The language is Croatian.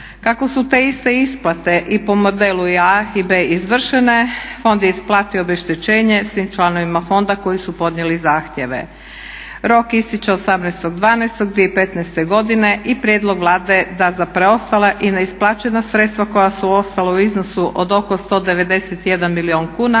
Kako su te iste isplate i po modelu A i B izvršene fond je isplatio obeštećenje svim članovima fonda koji su podnijeli zahtjeve. Rok ističe 18.12.2015. godine i prijedlog Vlade je da za preostala i neisplaćena sredstva koja su ostala u iznosu od oko 191 milijun kuna